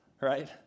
right